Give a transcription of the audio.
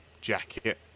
jacket